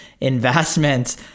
investments